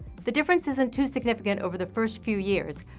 the difference isn't too significant over the first few years,